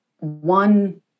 one